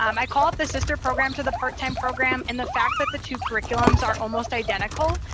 um i call it the sister program to the part-time program. and the fact that the two curriculums are almost identical,